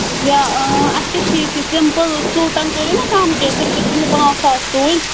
یا آ اچھا ٹھیٖک چھُ سمپٕل سوٗٹن کٔرِو نہ کم کینہہ تِم تہِ چھِ مےٚ پانٛژھ سَتھ سُوٕنۍ